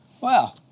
Wow